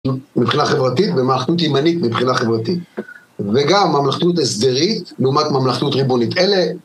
מבחינה חברתית וממלכתיות ימנית מבחינה חברתית וגם ממלכתיות הסדרית לעומת ממלכתיות ריבונית אלה